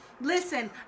listen